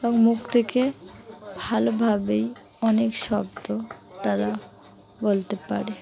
এবং মুখ থেকে ভালোভাবেই অনেক শব্দ তারা বলতে পারে